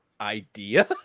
Idea